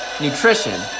nutrition